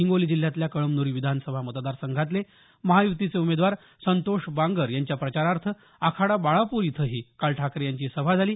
हिंगोली जिल्ह्यातल्या कळमन्री विधानसभा मतदारसंघातले महाय्तीचे उमेदवार संतोष बांगर यांच्या प्रचारार्थ आखाडा बाळापूर इथंही काल ठाकरे यांची सभा झाली